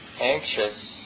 anxious